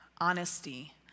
honesty